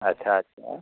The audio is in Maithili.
अच्छा अच्छा